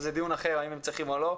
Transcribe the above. וזה דיון אחר האם הם צריכים או לא,